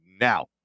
now